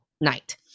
night